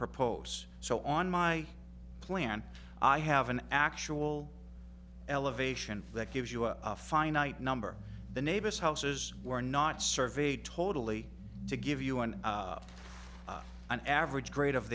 propose so on my plan i have an actual elevation that gives you a finite number the neighbors houses were not surveyed totally to give you an an average grade of